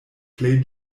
plej